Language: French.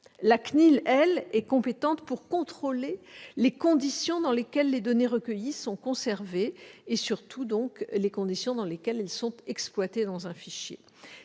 La CNIL, quant à elle, est compétente pour contrôler les conditions dans lesquelles les données recueillies sont conservées et, surtout, les conditions dans lesquelles celles-ci sont exploitées dans un fichier.